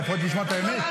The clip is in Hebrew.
אתה פוחד לשמוע את האמת?